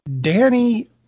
Danny